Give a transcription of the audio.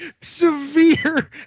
severe